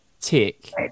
tick